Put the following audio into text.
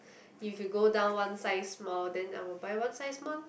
if you go down one size small then I will buy one size small lor